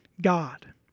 God